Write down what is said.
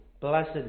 blessed